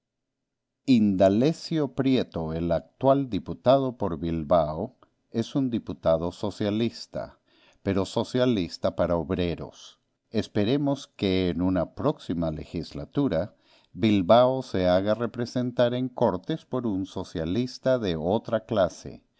indalecio prieto el actual diputado por bilbao es un diputado socialista pero socialista para obreros esperemos que en una próxima legislatura bilbao se haga representar en cortes por un socialista de otra clase